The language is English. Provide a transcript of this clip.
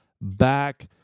back